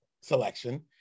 selection